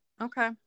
Okay